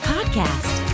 Podcast